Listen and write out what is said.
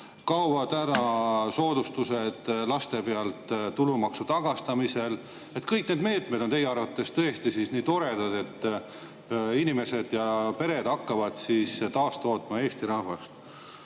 kaovad ära soodustused laste pealt tulumaksu tagastamisel. Kõik need meetmed on teie arvates tõesti nii toredad, et inimesed ja pered hakkavad taastootma Eesti rahvast.